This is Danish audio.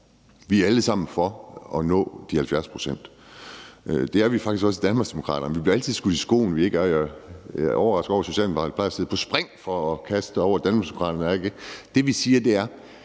at vi alle sammen er for at nå de 70 pct. Det er vi faktisk også i Danmarksdemokraterne. Vi bliver altid skudt i skoene, at vi ikke er, og jeg er overrasket over Socialdemokraterne, der plejer at sidde på spring for at kaste sig over Danmarksdemokraterne. Det, vi siger, er,